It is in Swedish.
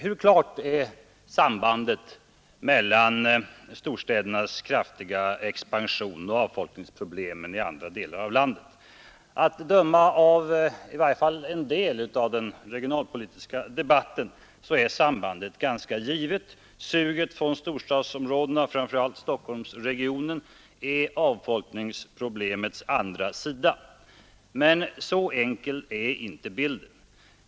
Hur klart är sambandet mellan storstädernas kraftiga expansion och avfolkningsproblemen i andra delar av landet? Att döma av i varje fall en del av den regionalpolitiska debatten är sambandet ganska givet; suget från storstadsområdena — framför allt Stockholmsregionen — är avfolkningsproblemets andra sida. Men så enkel är inte bilden.